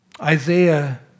Isaiah